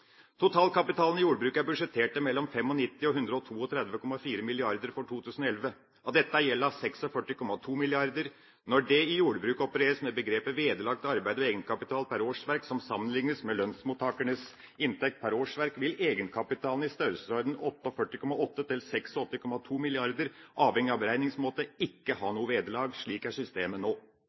Totalkapitalen i jordbruket er budsjettert til mellom 95 mrd. kr og 132,4 mrd. kr for 2011. Av dette er gjelda 46,2 mrd. kr. Når det i jordbruket opereres med begrepet «vederlag til arbeid og egenkapital per årsverk», som sammenliknes med lønnsmottakernes inntekt per årsverk, vil egenkapitalen i størrelsesorden 48,8 mrd. kr–86,2 mrd. kr, avhengig av beregningsmetode, ikke ha noe vederlag. Slik er systemet nå.